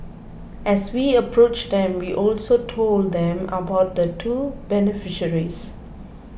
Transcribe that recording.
as we approached them we also told them about the two beneficiaries